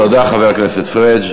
תודה, חבר הכנסת פריג'.